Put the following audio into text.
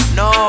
no